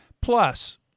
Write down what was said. Plus